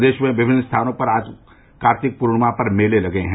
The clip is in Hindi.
प्रदेश में विभिन्न स्थानों पर आज कार्तिक पूर्णिमा पर मेले लगे हैं